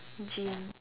gym